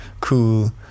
cool